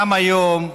גם היום,